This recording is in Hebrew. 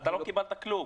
לא קיבלת כלום.